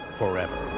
forever